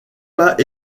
pas